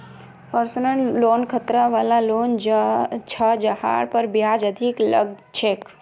personal loan खतरा वला loan छ जहार पर ब्याज अधिक लग छेक